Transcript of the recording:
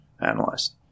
analyzed